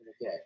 Okay